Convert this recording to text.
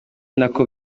nako